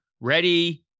ready